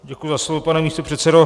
Děkuji za slovo, pane místopředsedo.